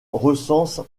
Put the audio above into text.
recense